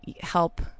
help